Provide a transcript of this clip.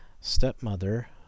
stepmother